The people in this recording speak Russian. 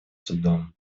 судом